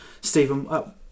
Stephen